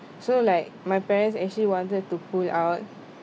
so like my parents actually wanted to pull out